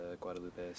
Guadalupe